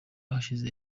hashize